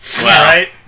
Right